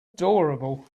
adorable